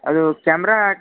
ಅದು ಕ್ಯಾಮ್ರಾ